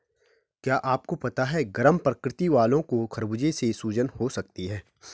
क्या आपको पता है गर्म प्रकृति वालो को खरबूजे से सूजन हो सकती है?